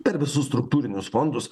per visus struktūrinius fondus